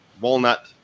walnut